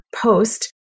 post